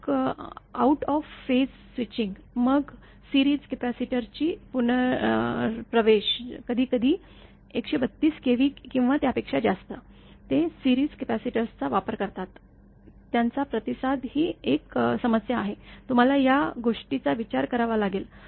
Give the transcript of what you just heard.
मग out of phase switching मग series capacitor ची पुनर्प्रवेश कधीकधी १३२ केव्ही किंवा त्यापेक्षा जास्त ते सिरीज कपॅसिटर्सचा वापर करतात त्यांचा प्रतिसाद ही एक समस्या आहे तुम्हाला या गोष्टीचा विचार करावा लागेल